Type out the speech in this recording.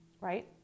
right